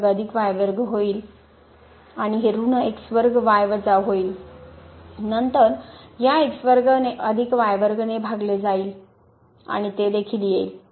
तर हे होईल आणि हे ऋण वजा होईल आणि नंतर या ने भागले जाईल आणि ते देखील येईल